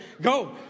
Go